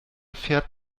fährt